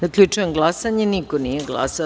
Zaključujem glasanje: niko nije glasao.